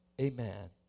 amen